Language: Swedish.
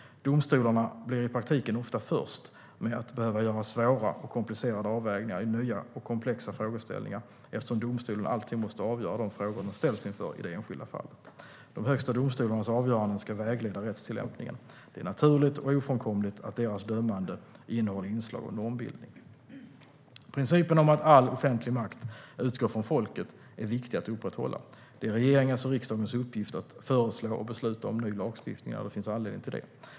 Domstolarna blir i praktiken ofta först med att behöva göra svåra och komplicerade avvägningar i nya och komplexa frågeställningar eftersom domstolen alltid måste avgöra de frågor den ställs inför i det enskilda fallet. De högsta domstolarnas avgöranden ska vägleda rättstillämpningen. Det är naturligt och ofrånkomligt att deras dömande innehåller inslag av normbildning. Principen om att all offentlig makt utgår från folket är viktig att upprätthålla. Det är regeringens och riksdagens uppgift att föreslå och besluta om ny lagstiftning när det finns anledning till det.